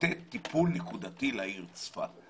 לתת טיפול נקודתי לעיר צפת.